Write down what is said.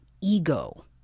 ego